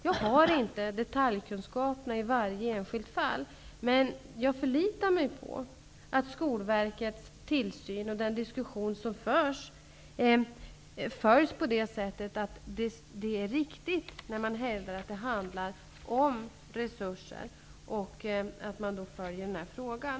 Jag har inte detaljkunskaper i varje enskilt fall, men jag förlitar mig på Skolverkets tillsyn och att den diskussion som förs följs på det sättet att det är riktigt när man hävdar att det handlar om resurser och att man då följer den här frågan.